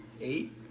Eight